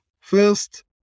first